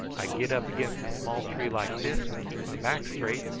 i get up against a small tree like this and keep my back straight,